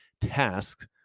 tasks